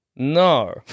No